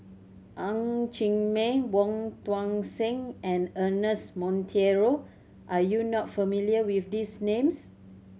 Ng Chee Meng Wong Tuang Seng and Ernest Monteiro are you not familiar with these names